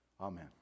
Amen